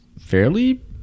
fairly